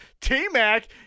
T-Mac